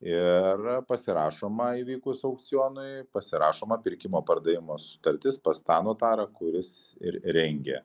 ir pasirašoma įvykus aukcionui pasirašoma pirkimo pardavimo sutartis pas tą notarą kuris ir rengia